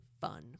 fun